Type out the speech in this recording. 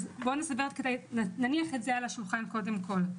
אז בואו נניח את זה על השולחן קודם כל.